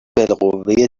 بالقوه